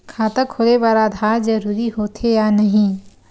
खाता खोले बार आधार जरूरी हो थे या नहीं?